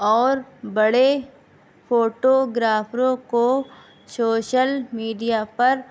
اور بڑے فوٹو گرافروں کو سوشل میڈیا پر